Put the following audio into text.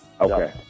Okay